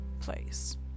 place